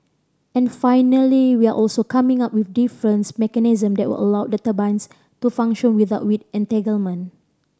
and finally we're also coming up with different mechanism that will allow the turbines to function without weed entanglement